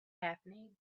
happening